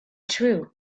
true